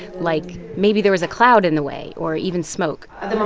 like, maybe there was a cloud in the way or even smoke at